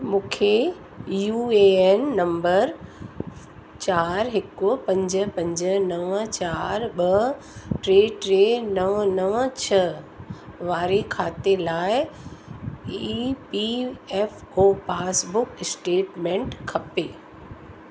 मूंखे U A N number चारि हिकु पंज पंज नव चारि ॿ टे टे नव नव छह वारे खाते लाइ E P F O passbook statement खपे